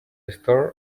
store